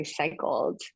recycled